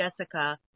Jessica